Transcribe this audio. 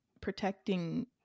protecting